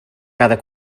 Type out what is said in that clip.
cada